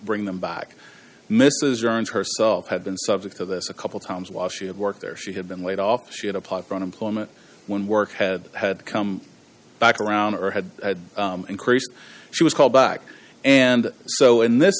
bring them back mrs burns herself had been subject to this a couple times while she had worked there she had been laid off she had applied for unemployment when work had had come back around or had increased she was called back and so in this